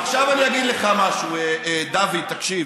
עכשיו אני אגיד לך משהו, דוד, תקשיב.